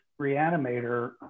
Reanimator